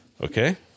Okay